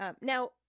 Now